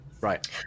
Right